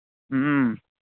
ꯎꯝ ꯎꯝ